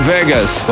Vegas